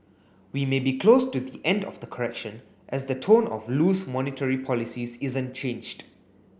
we may be close to the end of the correction as the tone of loose monetary policies isn't changed